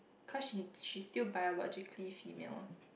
cause she she's still biologically female